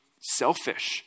selfish